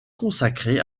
consacré